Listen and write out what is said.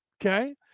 Okay